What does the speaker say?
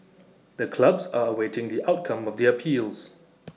the clubs are awaiting the outcome of their appeals